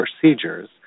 procedures